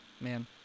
man